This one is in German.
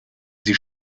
sie